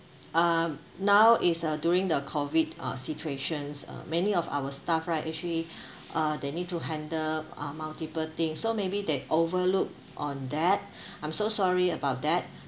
um now is uh during the COVID uh situations uh many of our staff right actually uh they need to handle uh multiple things so maybe they overlook on that I'm so sorry about that